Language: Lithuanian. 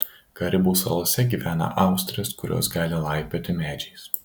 karibų salose gyvena austrės kurios gali laipioti medžiais